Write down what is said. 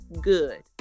Good